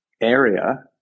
area